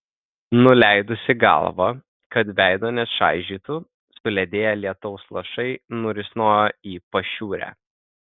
nuleidusi galvą kad veido nečaižytų suledėję lietaus lašai nurisnojo į pašiūrę